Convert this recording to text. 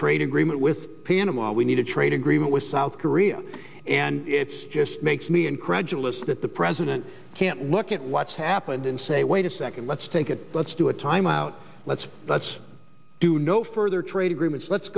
trade agreement with we need a trade agreement with south korea and it's just makes me incredulous that the president can't look at what's happened and say wait a second let's take it let's do a time out let's let's do no further trade agreements let's